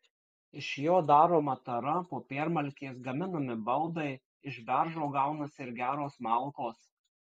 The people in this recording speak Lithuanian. iš jo daroma tara popiermalkės gaminami baldai iš beržo gaunasi ir geros malkos